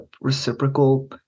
reciprocal